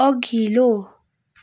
अघिल्लो